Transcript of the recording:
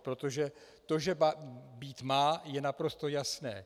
Protože to, že být má, je naprosto jasné.